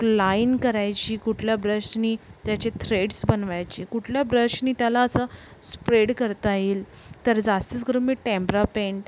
क्लाईन करायची कुठल्या ब्रशनी त्याचे थ्रेड्स बनवायचे कुठल्या ब्रशनी त्याला असं स्प्रेड करता येईल तर जास्तीस करून मी टेम्प्रा पेंट